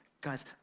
Guys